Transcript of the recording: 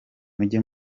mujye